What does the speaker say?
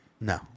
No